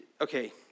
okay